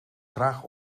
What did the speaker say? graag